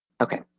Okay